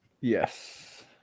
Yes